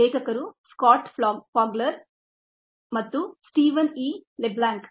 ಲೇಖಕರು Scott Fogler ಮತ್ತು Steven E Leblanc